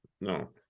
no